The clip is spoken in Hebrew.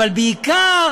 אבל בעיקר